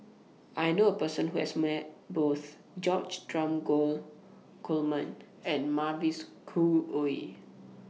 I knew A Person Who has Met Both George Dromgold Coleman and Mavis Khoo Oei